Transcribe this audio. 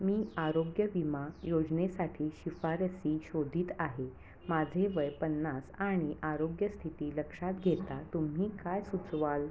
मी आरोग्य विमा योजनेसाठी शिफारसी शोधीत आहे माझे वय पन्नास आणि आरोग्य स्थिती लक्षात घेता तुम्ही काय सुचवाल